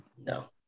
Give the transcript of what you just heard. No